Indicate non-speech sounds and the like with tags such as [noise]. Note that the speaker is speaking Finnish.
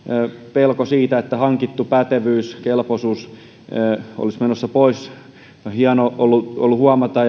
pelko siitä että hankittu pätevyys ja kelpoisuus olisivat menossa pois on hienoa ollut huomata [unintelligible]